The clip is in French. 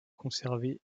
conservés